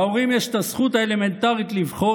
להורים יש את הזכות האלמנטרית לבחור